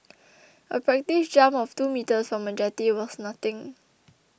a practice jump of two metres from a jetty was nothing